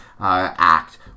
Act